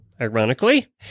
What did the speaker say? ironically